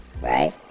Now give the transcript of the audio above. right